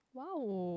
!wow!